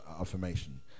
affirmation